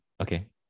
Okay